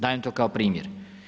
Dajem to kao primjer.